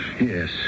Yes